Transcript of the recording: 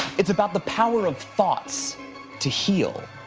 it's about the power of thoughts to heal.